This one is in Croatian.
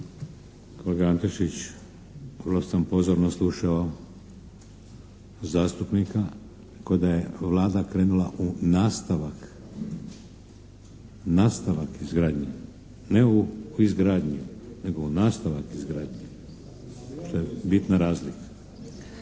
Kolega Antešić, vrlo sam pozorno slušao zastupnika. Rekao je da je Vlada krenula u nastavak, nastavak izgradnje, ne u izgradnju, nego u nastavak izgradnje što je bitna razlika.